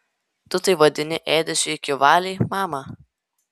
tu tai vadini ėdesiu iki valiai mama